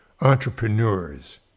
entrepreneurs